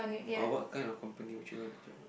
orh what kind of company would you want to join